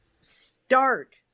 start